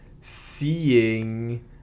seeing